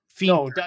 No